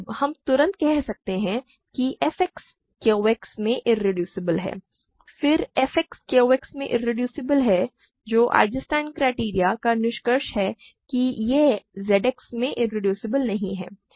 तब हम तुरंत कह सकते हैं कि f X Q X में इरेड्यूसिबल है फिर f X Q X में इरेड्यूसिबल है जो आइजेंस्टाइन क्राइटेरियन का निष्कर्ष है कि यह Z X में इरेड्यूसिबल नहीं है